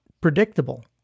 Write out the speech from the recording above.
predictable